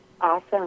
Awesome